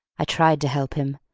i tried to help him,